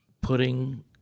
putting